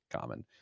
common